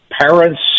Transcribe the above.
parents